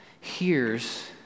hears